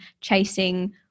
chasing